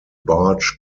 barge